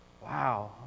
Wow